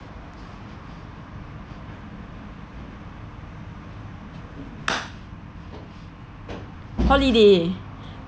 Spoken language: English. holiday